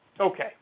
Okay